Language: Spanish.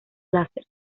láser